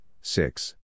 six